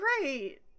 great